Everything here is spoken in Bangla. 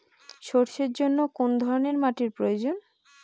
সরষের জন্য কোন ধরনের মাটির প্রয়োজন?